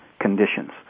conditions